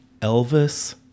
Elvis